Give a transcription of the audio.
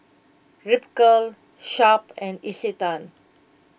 Ripcurl Sharp and Isetan